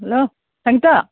hello ꯁꯪꯒꯤꯇꯥ